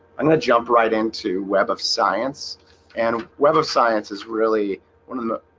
i'm gonna jump right into web of science and web of science is really one of the